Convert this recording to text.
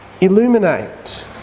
illuminate